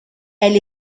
elle